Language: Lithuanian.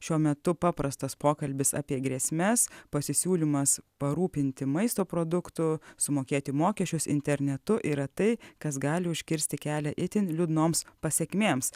šiuo metu paprastas pokalbis apie grėsmes pasisiūlymas parūpinti maisto produktų sumokėti mokesčius internetu yra tai kas gali užkirsti kelią itin liūdnoms pasekmėms